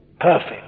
perfect